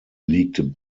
liegt